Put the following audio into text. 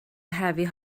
heavy